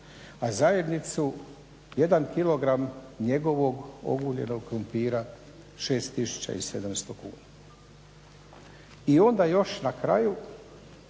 a zajednicu jedan kilogram njegovog oguljen krumpira 6 700 kuna. I onda još na kraju